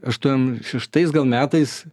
aštuom šeštais gal metais